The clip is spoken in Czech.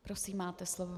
Prosím, máte slovo.